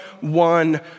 one